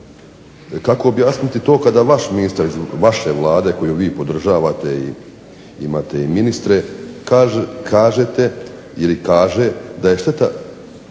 Kako objasniti to kada vaš ministar iz vaše Vlade koju vi podržavate i imate i ministre, kažete ili kaže da je šteta